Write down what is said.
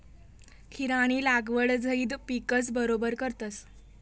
खीरानी लागवड झैद पिकस बरोबर करतस